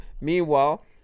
Meanwhile